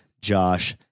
Josh